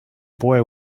boy